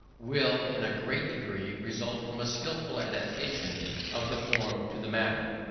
will in a great degree result from a skilful adaptation of the form to the matter.